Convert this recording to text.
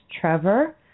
Trevor